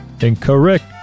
Incorrect